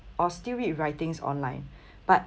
or still read writings online but